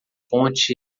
ponte